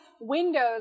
windows